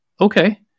okay